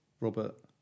Robert